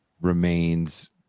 remains